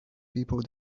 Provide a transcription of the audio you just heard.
people